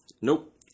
Nope